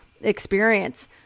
experience